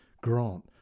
Grant